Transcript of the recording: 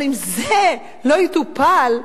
אבל אם זה לא יטופל,